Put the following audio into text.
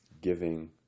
giving